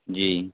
جی